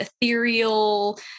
ethereal